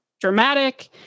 dramatic